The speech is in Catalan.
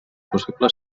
possible